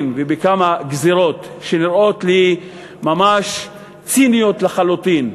ובכמה גזירות שנראות לי ממש ציניות לחלוטין.